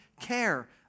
care